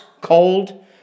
cold